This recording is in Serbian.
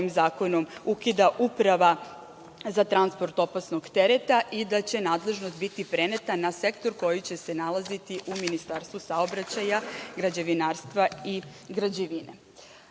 zakonom ukida Uprava za transport opasnog tereta i da će nadležnost biti preneta na sektor koji će se nalaziti u Ministarstvu saobraćaja, građevinarstva i građevine. Što